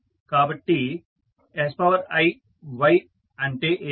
కాబట్టి siy అంటే ఏమిటి